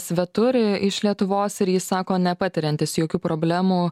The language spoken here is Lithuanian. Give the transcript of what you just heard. svetur iš lietuvos ir jis sako nepatiriantis jokių problemų